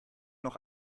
noch